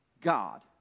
God